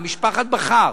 למשפחת בכר,